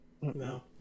No